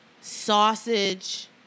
sausage